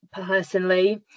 personally